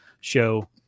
show